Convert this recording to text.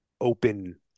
open